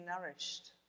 nourished